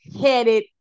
headed